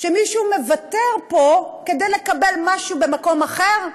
שמישהו מוותר פה כדי לקבל משהו במקום אחר?